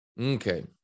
Okay